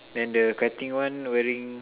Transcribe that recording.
then the cutting one wearing